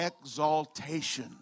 exaltation